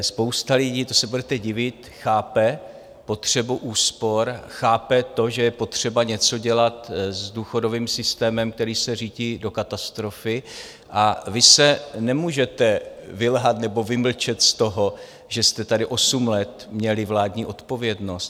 Spousta lidí, to se budete divit, chápe potřebu úspor, chápe to, že je potřeba něco dělat s důchodovým systémem, který se řítí do katastrofy, a vy se nemůžete vylhat nebo vymlčet z toho, že jste tady osm let měli vládní odpovědnost.